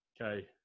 Okay